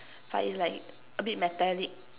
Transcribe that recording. but is like a bit metallic